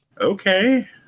Okay